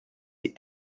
die